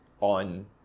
On